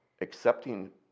accepting